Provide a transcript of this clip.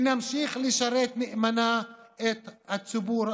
ונמשיך לשרת נאמנה את הציבור,